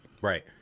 Right